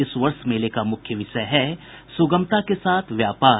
इस वर्ष मेले का मुख्य विषय है सुगमता के साथ व्यापार